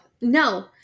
no